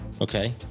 okay